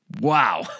Wow